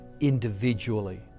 individually